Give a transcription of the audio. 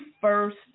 first